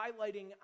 highlighting